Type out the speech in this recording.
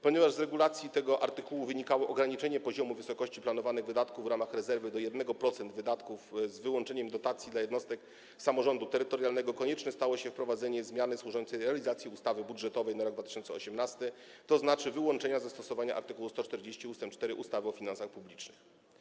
Ponieważ z regulacji tego artykułu wynikało ograniczenie poziomu, wysokości planowanych wydatków w ramach rezerwy do 1% wydatków z wyłączeniem dotacji dla jednostek samorządu terytorialnego, konieczne stało się wprowadzenie zmiany służącej realizacji ustawy budżetowej na rok 2018, tzn. wyłączenie z zastosowania art. 140 ust. 4 ustawy o finansach publicznych.